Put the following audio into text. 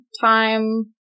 time